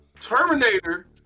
Terminator